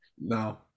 No